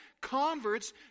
converts